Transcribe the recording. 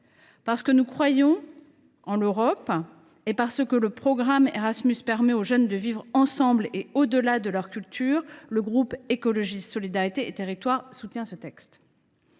Parce qu’ils croient en l’Europe et parce que le programme Erasmus permet aux jeunes de vivre ensemble au delà de leurs cultures, les membres du groupe Écologiste Solidarité et Territoires soutiennent le